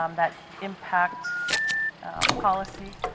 um that impact policy.